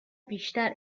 بیشتر